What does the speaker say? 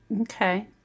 Okay